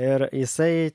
ir jisai